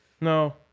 No